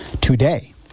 today